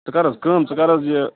ژٕ کَر حظ کٲم ژٕ کَر حظ یہِ